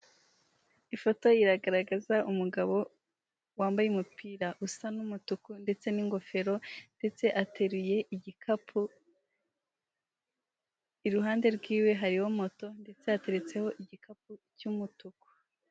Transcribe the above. Ifoto iragaragaza umugabo wambaye umupira usa n'umutuku ndetse n'ingofero ndetse ateruye igikapu, iruhande rw'iwe hariho moto ndetse hateretseho igikapu cy'umutuku.